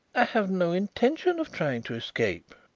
i have no intention of trying to escape,